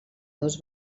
dos